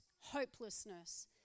hopelessness